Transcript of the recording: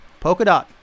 Polkadot